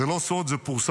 זה לא סוד, זה פורסם.